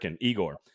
igor